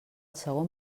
segon